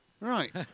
Right